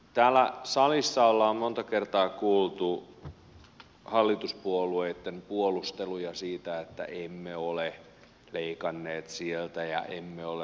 täällä salissa ollaan monta kertaa kuultu hallituspuolueitten puolusteluja siitä että emme ole leikanneet sieltä ja emme ole leikanneet täältä tarkoittaen peruspalveluita